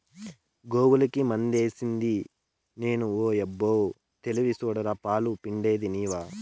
గోవులకి మందేసిది నేను ఓయబ్బో తెలివి సూడరా పాలు పిండేది నీవా